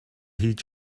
heed